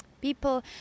people